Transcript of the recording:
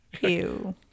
ew